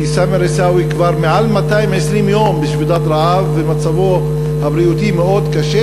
כי סאמר עיסאווי כבר מעל 220 יום בשביתת רעב ומצבו הבריאותי מאוד קשה.